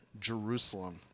Jerusalem